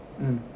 mm